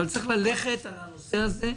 אבל צריך ללכת על הנושא הזה,